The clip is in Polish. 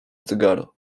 cygaro